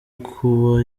kuba